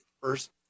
first